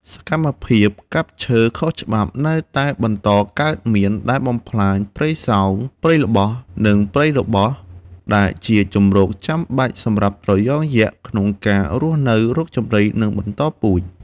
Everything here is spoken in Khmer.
សកម្មភាពកាប់ឈើខុសច្បាប់នៅតែបន្តកើតមាន ដែលបំផ្លាញព្រៃស្រោង ព្រៃល្បោះ និងព្រៃរបោះ ដែលជាជម្រកចាំបាច់សម្រាប់ត្រយងយក្សក្នុងការរស់នៅ រកចំណី និងបន្តពូជ។